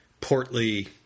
portly